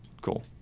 Cool